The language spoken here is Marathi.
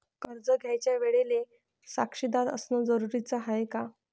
कर्ज घ्यायच्या वेळेले साक्षीदार असनं जरुरीच हाय का?